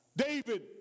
David